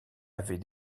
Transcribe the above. avait